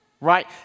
right